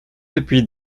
depuis